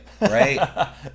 right